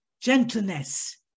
gentleness